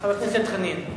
חבר הכנסת דב חנין?